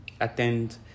attend